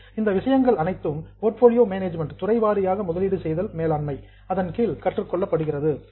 அந்த விஷயங்கள் அனைத்தும் போர்ட்போலியோ மேனேஜ்மென்ட் துறை வாரியாக முதலீடு செய்தல் மேலாண்மையின் கீழ் கற்றுக் கொள்ளப்படுகிறது